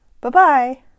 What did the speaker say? bye-bye